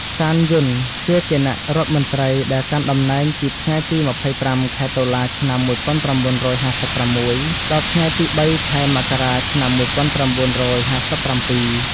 សាន យុន ជាគណៈរដ្ឋមន្ត្រីដែលកាន់តំណែងពីថ្ងៃទី ២៥ ខែតុលា ឆ្នាំ១៩៥៦ ដល់ថ្ងៃទី ៣ ខែមករា ឆ្នាំ១៩៥៧។